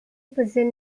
position